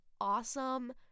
awesome